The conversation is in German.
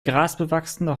grasbewachsene